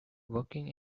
working